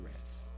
rest